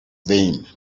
vain